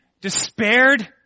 despaired